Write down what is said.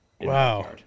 Wow